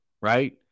right